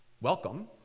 welcome